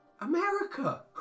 America